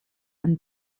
and